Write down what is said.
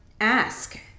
ask